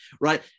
Right